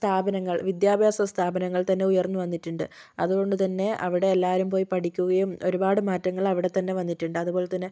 സ്ഥാപനങ്ങള് വിദ്യാഭ്യാസ സ്ഥാപനങ്ങള് തന്നെ ഉയര്ന്നു വന്നിട്ടുണ്ട് അതുകൊണ്ട് തന്നെ അവിടെ എല്ലാവരും പോയി പഠിക്കുകയും ഒരുപാട് മാറ്റങ്ങള് അവിടെ തന്നെ വന്നിട്ടുണ്ട് അതുപോലെത്തന്നെ